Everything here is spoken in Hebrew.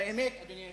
אדוני היושב-ראש,